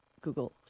google